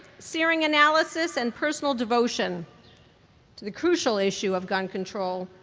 searing analysis, and personal devotion to the crucial issue of gun control.